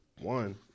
one